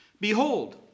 Behold